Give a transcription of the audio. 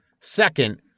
Second